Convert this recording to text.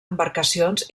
embarcacions